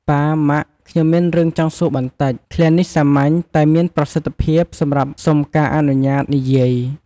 ប៉ា ម៉ាក់ ខ្ញុំមានរឿងចង់សួរបន្តិច! ឃ្លានេះសាមញ្ញ តែមានប្រសិទ្ធភាពសម្រាប់សុំការអនុញ្ញាតនិយាយ។